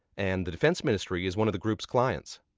and the defense ministry is one of the group's clients.